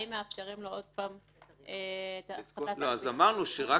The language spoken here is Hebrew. האם מאפשרים לו עוד פעם את הפחתת הריבית?